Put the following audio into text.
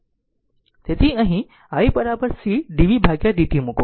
તેથી અહીં i c dvdt મૂકો